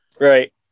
Right